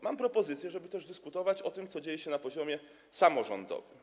Mam propozycję, żeby też dyskutować o tym, co dzieje się na poziomie samorządowym.